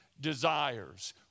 desires